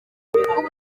ubu